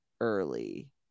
early